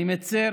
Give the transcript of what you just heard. אני מצר